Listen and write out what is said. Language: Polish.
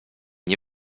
nie